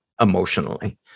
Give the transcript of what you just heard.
emotionally